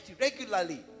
regularly